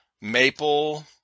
Maple